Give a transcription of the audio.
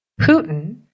putin